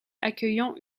accueillant